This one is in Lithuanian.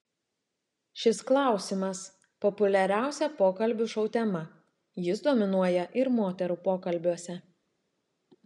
šis klausimas populiariausia pokalbių šou tema jis dominuoja ir moterų pokalbiuose